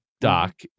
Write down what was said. Doc